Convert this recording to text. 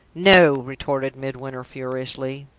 no! retorted midwinter, furiously.